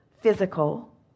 physical